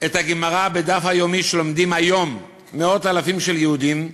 את הגמרא בדף היומי שלומדים היום מאות אלפים של יהודים,